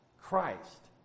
Christ